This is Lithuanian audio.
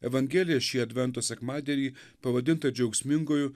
evangelija šį advento sekmadienį pavadintą džiaugsmingu